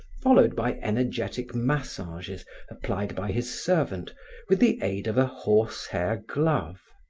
followed by energetic massages applied by his servant with the aid of a horse-hair glove.